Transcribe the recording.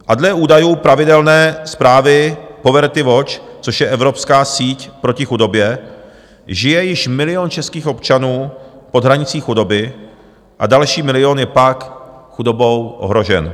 A dle údajů pravidelné zprávy Poverty Watch, což je evropská síť proti chudobě, žije již milion českých občanů pod hranicí chudoby a další milion je pak chudobou ohrožen.